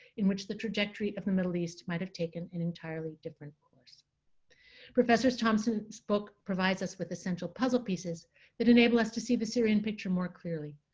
in which the trajectory of the middle east might have taken an entirely different. professor thompson's book provides us with the central puzzle pieces that enable us to see the syrian picture more clearly.